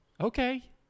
Okay